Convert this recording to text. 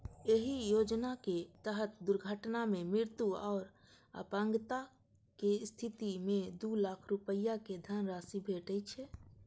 एहि योजनाक तहत दुर्घटना मे मृत्यु आ अपंगताक स्थिति मे दू लाख रुपैया के धनराशि भेटै छै